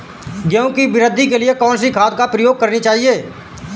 गेहूँ की वृद्धि के लिए कौनसी खाद प्रयोग करनी चाहिए?